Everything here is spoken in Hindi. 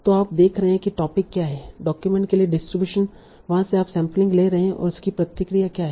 तो आप देख रहे हैं कि टोपिक क्या है डॉक्यूमेंट के लिए डिस्ट्रीब्यूशन वहाँ से आप सैंपलिंग ले रहे हैं तों इसकी प्रतिक्रिया क्या है